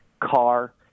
Car